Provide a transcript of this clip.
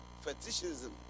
fetishism